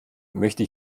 möchte